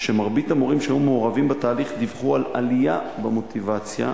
היא שמרבית המורים שהיו מעורבים בתהליך דיווחו על עלייה במוטיבציה.